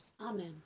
Amen